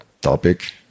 topic